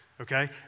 okay